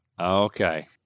Okay